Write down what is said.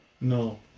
No